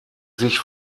sich